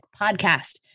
podcast